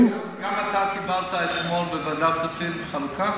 גם אתה קיבלת אתמול בוועדת כספים חלוקה?